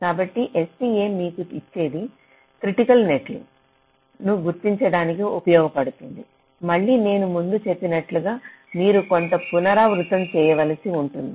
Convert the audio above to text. కాబట్టి STA మీకు ఇచ్చేది క్రిటికల్ నెట్లు ను గుర్తించడానికి ఉపయోగపడుతుంది మళ్ళీ నేను ముందు చెప్పినట్లుగా మీరు కొంత పునరావృతం చేయవలసి ఉంటుంది